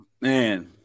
Man